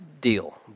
deal